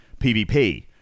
PvP